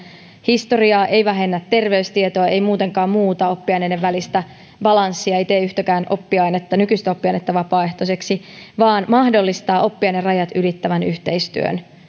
historiaa ei vähennä terveystietoa ei muutenkaan muuta oppiaineiden välistä balanssia ei tee yhtäkään nykyistä oppiainetta vapaaehtoiseksi vaan mahdollistaa oppiainerajat ylittävän yhteistyön